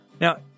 Now